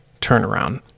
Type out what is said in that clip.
turnaround